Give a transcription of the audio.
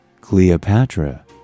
Cleopatra